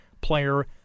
player